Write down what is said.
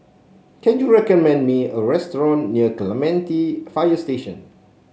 can you recommend me a restaurant near Clementi Fire Station